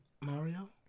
mario